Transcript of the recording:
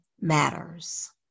matters